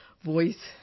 voice